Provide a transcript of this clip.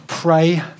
Pray